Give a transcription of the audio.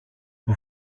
που